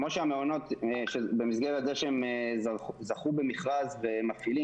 כמו שיש מעונות במסגרת זו שהם זכו במכרז והם מפעילים,